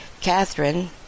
Catherine